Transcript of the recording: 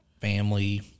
family